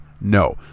no